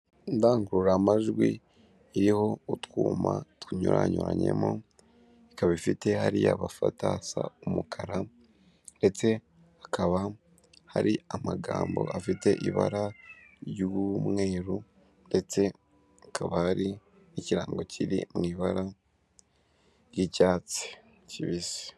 Indangururamajwi iriho utwuma tunyuranyuranyemo, ikaba ifite hariya bafata hasa umukara ndetse hakaba hari amagambo afite ibara ry'umweru, ndetse hakaba hari ikirango kiri mu ibara ry'icyatsi kibisi.